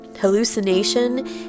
hallucination